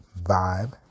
vibe